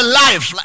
life